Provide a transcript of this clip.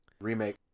Remake